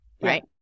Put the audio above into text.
right